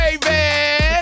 baby